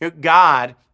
God